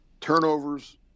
turnovers